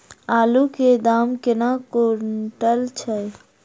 आलु केँ दाम केना कुनटल छैय?